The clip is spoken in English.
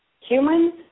Humans